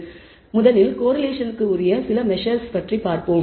எனவே முதலில் கோரிலேஷனிற்கு உரிய சில மெஸர்ஸ் பார்ப்போம்